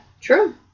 True